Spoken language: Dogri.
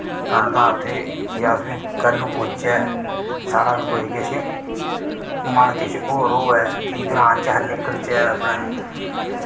करदा उत्थै के अस बी कैलूं पुजचै साढ़ा बी कोई किश मन किश होर होवै कि ग्रां चा अस निकलचै अपनै